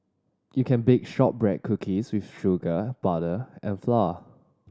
you can bake shortbread cookies with sugar butter and flour